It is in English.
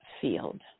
field